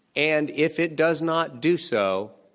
and if it does not do so,